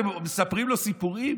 אתם מספרים לו סיפורים?